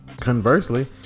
conversely